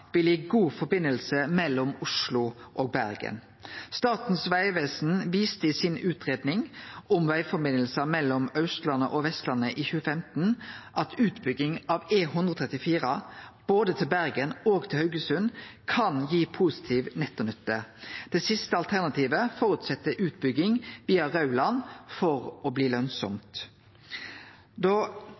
vil gi god forbindelse mellom Oslo og Bergen. Statens vegvesen viste i utgreiinga si om vegforbindelsar mellom Austlandet og Vestlandet i 2015 at utbygging av E134 både til Bergen og til Haugesund kan gi positiv nettonytte. Det siste alternativet føreset utbygging via Rauland for å bli